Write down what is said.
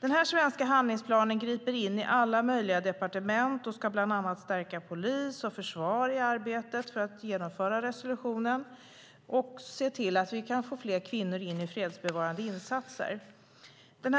Den svenska handlingsplanen griper in i alla möjliga departement och ska bland annat stärka polis och försvar i arbetet för att genomföra resolutionen och för att få in fler kvinnor i fredsbevarande insatser.